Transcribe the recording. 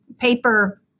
paper